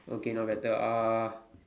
okay now better uh